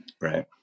Right